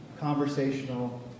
conversational